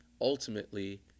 ultimately